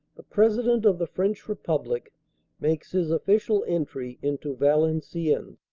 the president of the french republic makes his official entry into valencien